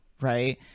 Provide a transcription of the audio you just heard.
right